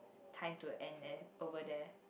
time to end eh over there